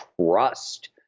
trust